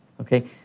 Okay